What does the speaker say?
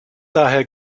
daher